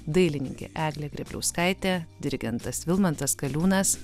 dailininkė eglė grėbliauskaitė dirigentas vilmantas kaliūnas